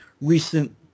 recent